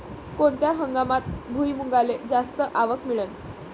कोनत्या हंगामात भुईमुंगाले जास्त आवक मिळन?